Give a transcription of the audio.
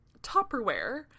Tupperware